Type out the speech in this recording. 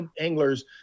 anglers